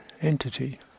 entity